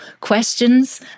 questions